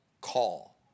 call